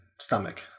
stomach